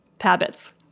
habits